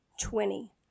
Twenty